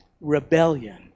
rebellion